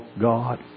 God